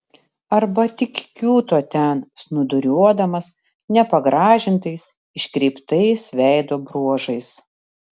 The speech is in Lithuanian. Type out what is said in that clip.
arba tik kiūto ten snūduriuodamas nepagražintais iškreiptais veido bruožais